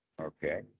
Okay